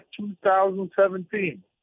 2017